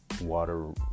water